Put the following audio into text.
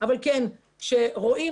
ולכן אני אמנע מלחזור על דברים אבל כשרואים